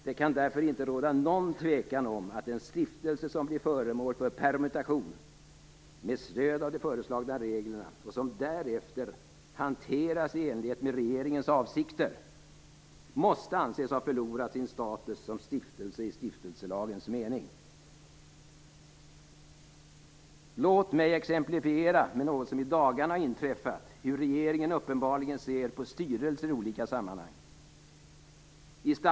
Det kan därför inte råda någon tvekan om att en stiftelse som blir föremål för permutation med stöd av de föreslagna reglerna och som därefter hanteras i enlighet med regeringens avsikter måste anses ha förlorat sin status som stiftelse i stiftelselagens mening. Låt mig exemplifiera hur regeringen uppenbarligen ser på styrelser i olika sammanhang med något som har inträffat i dagarna.